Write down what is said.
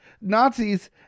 Nazis